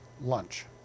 lunch